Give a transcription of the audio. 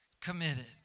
committed